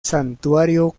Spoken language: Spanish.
santuario